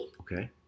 okay